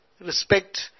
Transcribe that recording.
respect